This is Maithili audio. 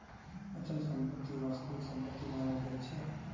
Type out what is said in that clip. अचल संपत्ति वास्तविक संपत्ति मानल जाइ छै